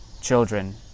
children